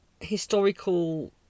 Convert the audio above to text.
historical